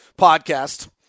podcast